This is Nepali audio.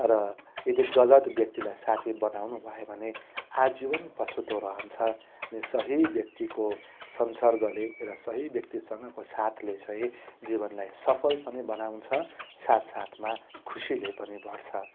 र यदि गलत व्यक्तिलाई साथी बनाउनुभयो भने आजीवन पछुतो रहन्छ अनि सही व्यक्तिको संसर्गले र सही व्यक्तिसँगको साथले चाहिँ जीवनलाई सफल पनि बनाउँछ साथ साथमा खुसीले पनि भर्छ